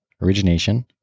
origination